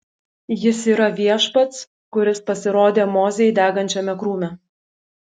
jis yra viešpats kuris pasirodė mozei degančiame krūme